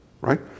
right